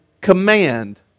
command